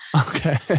Okay